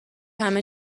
همه